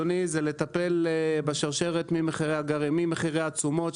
זה לטפל בשרשרת ממחירי התשומות,